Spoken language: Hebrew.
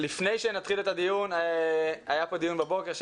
לפני שנתחיל את הישיבה היה פה דיון בבוקר,